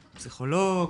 פסיכולוג,